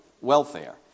welfare